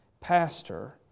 pastor